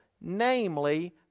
namely